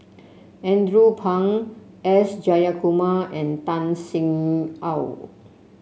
Andrew Phang S Jayakumar and Tan Sin Aun